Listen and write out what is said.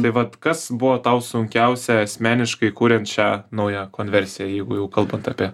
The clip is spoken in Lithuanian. tai vat kas buvo tau sunkiausia asmeniškai kuriant šią naują konversiją jeigu jau kalbant apie